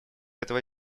этого